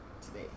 today